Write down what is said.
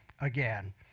again